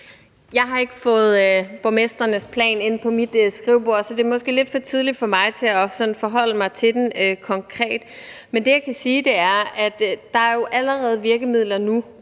Jeg har ikke fået borgmestrenes plan ind på mit skrivebord, så det er måske lidt for tidligt for mig sådan at forholde mig til den konkret. Men det, jeg kan sige, er, at der jo allerede er virkemidler nu